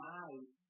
eyes